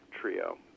trio